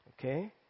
Okay